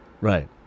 right